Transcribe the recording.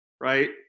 right